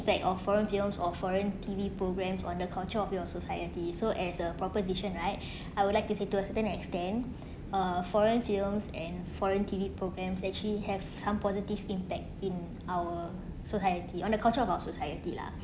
of foreign films or foreign T_V programs on the culture of your society so as a proposition right I would like to say to a certain extent uh foreign films and foreign T_V programmes actually have some positive impact in our society on the culture of our society lah